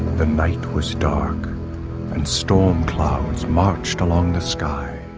the night was dark and storm clouds marched along the sky.